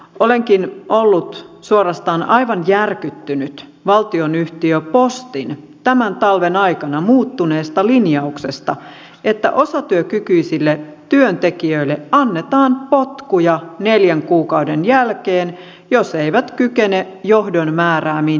olenkin ollut suorastaan aivan järkyttynyt valtionyhtiö postin tämän talven aikana muuttuneesta linjauksesta että osatyökykyisille työntekijöille annetaan potkuja neljän kuukauden jälkeen jos eivät kykene johdon määräämiin työtehtäviin